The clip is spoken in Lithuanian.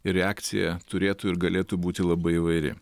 ir reakcija turėtų ir galėtų būti labai įvairi